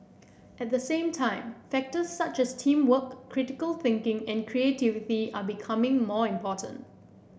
at the same time factors such as teamwork critical thinking and creativity are becoming more important